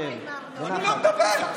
ולא לתת לדבר,